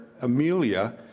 Amelia